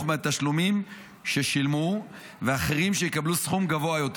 מהתשלומים ששילמו ואחרים שיקבלו סכום גבוה יותר.